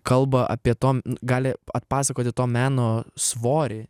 kalba apie to gali atpasakoti to meno svorį